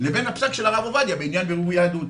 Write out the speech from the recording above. לבין הפסק של הרב עובדיה, בעניין בירור יהדות?